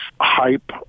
hype